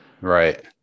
right